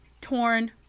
torn